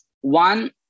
One